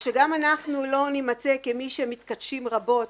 שגם אנחנו לא נימצא כמי שמתכתשים רבות